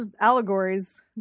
allegories